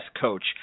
coach